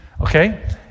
Okay